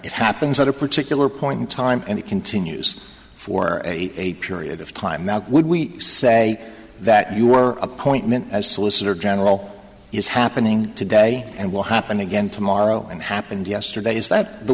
that happens at a particular point in time and it continues for a period of time now would we say that you were appointment as solicitor general is happening today and will happen again tomorrow and happened yesterday is that the